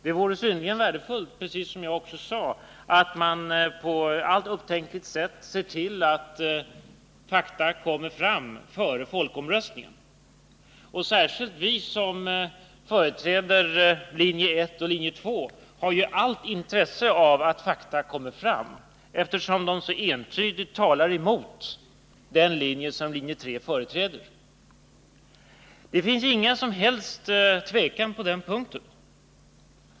Det är tvärtom synnerligen värdefullt att man på alla upptänkliga sätt ser till att fakta kommer fram före folkomröstningen. Särskilt vi som företräder linje 1 och linje 2 har allt intresse av att fakta kommer fram, eftersom de så entydigt talar emot linje 3. Det finns ingen som helst tvekan på den punkten.